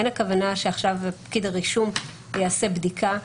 אין הכוונה שעכשיו פקיד הרישום יעשה בדיקה,